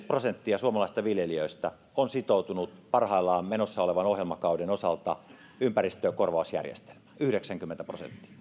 prosenttia suomalaisista viljelijöistä on sitoutunut parhaillaan menossa olevan ohjelmakauden osalta ympäristökorvausjärjestelmään yhdeksänkymmentä prosenttia